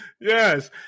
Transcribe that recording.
yes